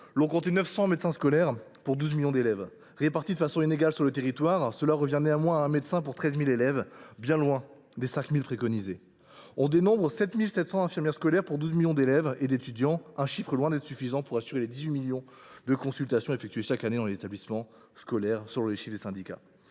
en France 900 médecins scolaires pour 12 millions d’élèves, répartis de façon inégale sur le territoire. Cela revient à un médecin pour 13 000 élèves, bien loin du ratio d’un pour 5 000 qui est préconisé. Par ailleurs, on dénombre 7 700 infirmières scolaires pour 12 millions d’élèves et étudiants. Ce chiffre est loin d’être suffisant pour assurer les 18 millions de consultations effectuées chaque année dans les établissements scolaires, selon les chiffres des syndicats.